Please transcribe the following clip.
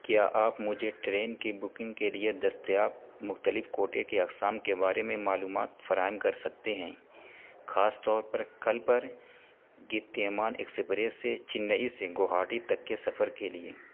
کیا آپ مجھے ٹرین کی بکنگ کے لیے دستیاب مختلف کوٹے کی اقسام کے بارے میں معلومات فراہم کر سکتے ہیں خاص طور پر کل پر گتیمان ایکسپریس سے چنئی سے گوہاٹی تک کے سفر کے لیے